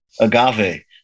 Agave